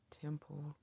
Temple